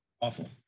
awful